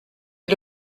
est